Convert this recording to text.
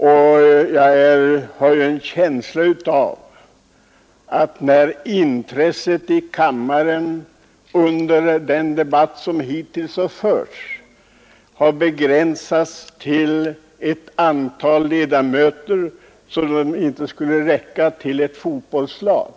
Intresset här i kammaren under den debatt som hittills har förts har begränsat sig till ett antal ledamöter som inte skulle räcka till ett fotbollslag.